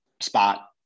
spot